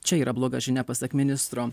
čia yra bloga žinia pasak ministro